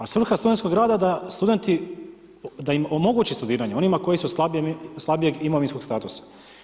A svrha studentskog rada da studenti, da im omogući studiranje, onima koji su slabijeg imovinskog statusa.